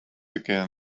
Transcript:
again